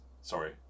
Sorry